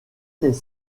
les